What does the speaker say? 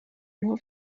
nur